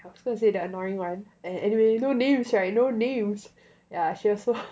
I was gonna say the annoying one and anyway no names [right] no names yeah so so